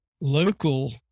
local